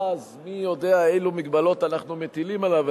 ואז מי יודע אילו מגבלות אנחנו מטילים עליו.